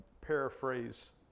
paraphrase